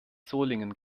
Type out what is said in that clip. solingen